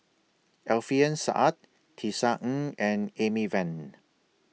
Alfian Sa'at Tisa Ng and Amy Van